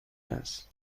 است